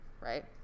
right